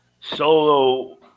Solo